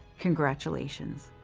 congratulations.